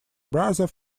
brother